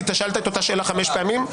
כי שאלת את אותה שאלה חמש פעמים.